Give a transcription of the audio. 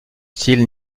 style